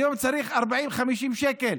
היום צריך 40, 50 שקל